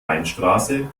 weinstraße